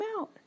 out